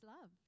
love